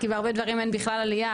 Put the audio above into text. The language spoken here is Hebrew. כי בהרבה דברים אין בכלל עלייה,